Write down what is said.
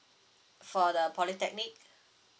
for the polytechnic